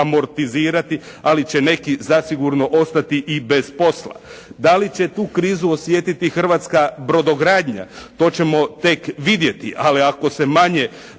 ali će neki zasigurno ostati i bez posla. Da li će tu krizu osjetiti hrvatska brodogradnja? To ćemo tek vidjeti, ali ako se manje